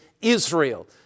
Israel